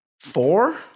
four